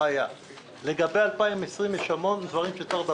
מי בעד פניות 144 עד